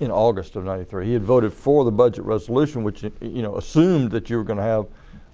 in august of ninety three. he had voted for the budget resolution which you know assumed that you were going to have